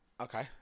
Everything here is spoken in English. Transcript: okay